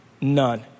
none